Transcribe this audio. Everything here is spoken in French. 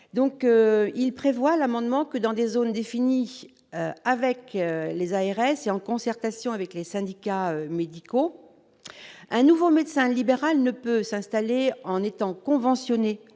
donc, il prévoit l'amendement que dans des zones définies avec les ARS et en concertation avec les syndicats médicaux, un nouveau médecin libéral ne peut s'installer en étant conventionnés